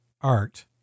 art